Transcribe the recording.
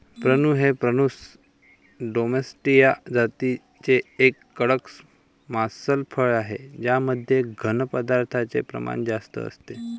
prune हे Prunus domestica जातीचे एक कडक मांसल फळ आहे ज्यामध्ये घन पदार्थांचे प्रमाण जास्त असते